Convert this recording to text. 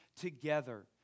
together